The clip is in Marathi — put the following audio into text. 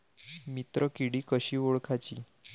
मित्र किडी कशी ओळखाची?